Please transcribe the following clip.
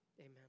amen